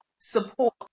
support